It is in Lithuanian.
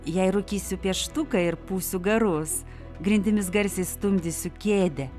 jei rūkysiu pieštuką ir pūsiu garus grindimis garsiai stumdysiu kėdę